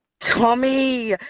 Tommy